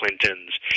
Clintons